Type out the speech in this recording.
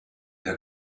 had